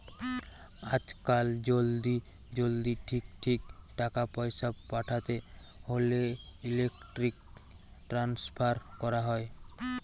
আজকাল জলদি জলদি ঠিক ঠিক টাকা পয়সা পাঠাতে হোলে ইলেক্ট্রনিক ট্রান্সফার কোরা হয়